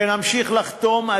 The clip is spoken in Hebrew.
ונמשיך לחתום,